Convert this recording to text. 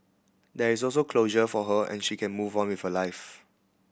there is also closure for her and she can move on with her life